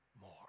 more